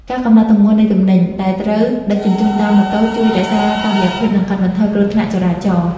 ការកំណត់ទម្ងន់នៃទំនិញដែលត្រូវដឹកជញ្ជូនតាមម៉ូតូជួយរក្សាតុល្យភាព និងកាត់បន្ថយគ្រោះថ្នាក់ចរាចរណ៍។